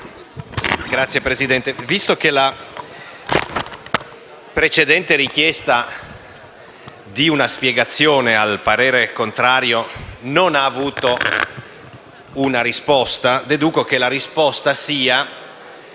Signora Presidente, visto che la precedente richiesta di una spiegazione al parere contrario non ha avuto una risposta, deduco che si è detto di